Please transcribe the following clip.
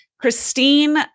Christine